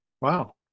Wow